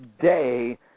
day